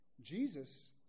Jesus